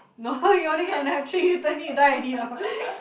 no you only can have three you twenty you die already orh